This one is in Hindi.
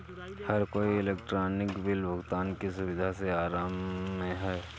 हर कोई इलेक्ट्रॉनिक बिल भुगतान की सुविधा से आराम में है